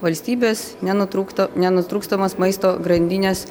valstybes nenutrūktų nenutrūkstamas maisto grandinės